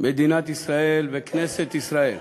מדינת ישראל וכנסת ישראל